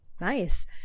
Nice